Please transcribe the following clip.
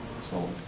sold